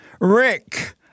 Rick